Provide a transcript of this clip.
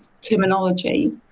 terminology